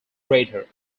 greater